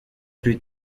plus